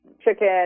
chicken